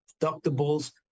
deductibles